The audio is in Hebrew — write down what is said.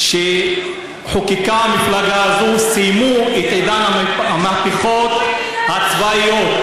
החוקים שחוקקה המפלגה הזאת סיימו את עידן המהפכות הצבאיות,